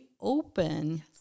open